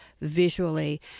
visually